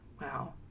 Wow